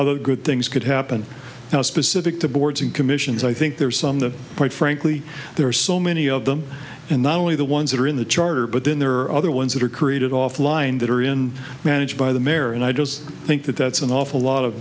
other good things could happen now specific to boards and commissions i think there are some the quite frankly there are so many of them and not only the ones that are in the charter but then there are other ones that are created offline that are in managed by the mayor and i just think that that's an awful lot of